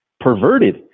perverted